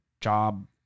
job